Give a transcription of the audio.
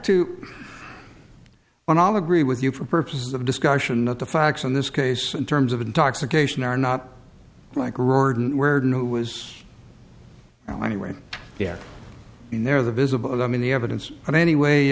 to when i'll agree with you for purposes of discussion that the facts in this case in terms of intoxication are not like roared where new was anyway yet in there the visible i mean the evidence in any way